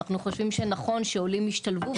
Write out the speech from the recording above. אנחנו חושבים שנכון שעולים ישתלבו,